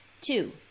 Two